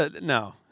No